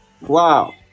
wow